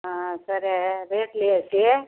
సరే రేట్లు వేసి